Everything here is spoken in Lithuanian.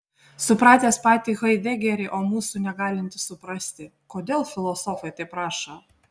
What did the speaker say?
supratęs patį haidegerį o mūsų negalintis suprasti kodėl filosofai taip rašo